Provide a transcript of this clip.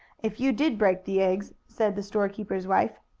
if you did break the eggs, said the storekeeper's wife.